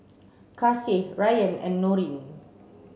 Kasih Rayyan and Nurin